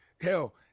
Hell